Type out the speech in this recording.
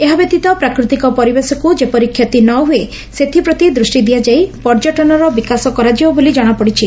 ଏହା ବ୍ୟତୀତ ପ୍ରାକୃତିକ ପରିବେଶକୁ ଯେପରି କ୍ଷତି ନ ହୁଏ ସେଥିପ୍ରତି ଦୂଷ୍ଟି ଦିଆଯାଇ ପର୍ଯ୍ୟଟନର ବିକାଶ କରାଯିବ ବୋଲି ଜଣାପଡ଼ିଛି